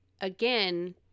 again